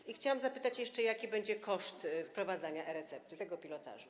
I chciałabym zapytać jeszcze, jaki będzie koszt wprowadzania e-recepty, tego pilotażu.